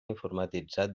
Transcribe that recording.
informatitzat